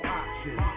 options